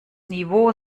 niveau